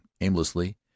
aimlessly